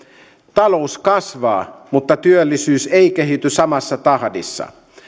talous kasvaa mutta työllisyys ei kehity samassa tahdissa